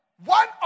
one